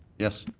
yes.